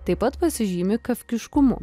taip pat pasižymi kafkiškumu